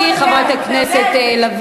היא דיברה כבר את השטויות שלה,